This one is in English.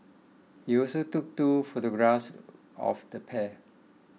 he also took two photographs of the pair